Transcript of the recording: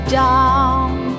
down